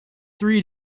three